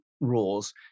rules